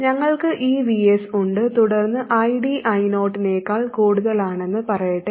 ഞങ്ങൾക്ക് ഈ Vs ഉണ്ട് തുടർന്ന് ID I0 നേക്കാൾ കൂടുതലാണെന്ന് പറയട്ടെ